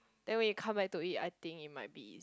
then when you come back to it I think it might be